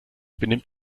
benimmt